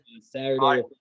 Saturday